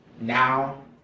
now